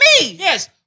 Yes